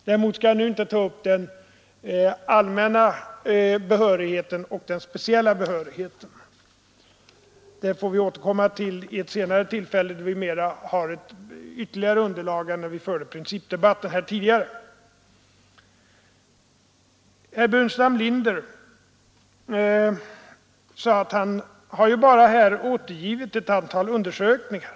Däremot skall jag nu inte ta upp frågan om den allmänna och den speciella behörigheten. Den får vi återkomma till vid ett senare tillfälle, när vi har ett bättre underlag än när vi förde den principdebatten tidigare. Herr Burenstam Linder sade också att han här bara har återgivit ett antal undersökningar.